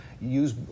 Use